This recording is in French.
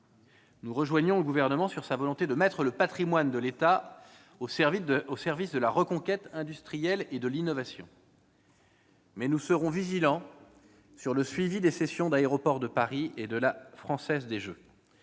Nous rejoignons le Gouvernement quant à sa volonté de mettre le patrimoine de l'État au service de la reconquête industrielle et de l'innovation, mais nous serons vigilants sur le suivi des cessions d'Aéroports de Paris et de la Française des jeux.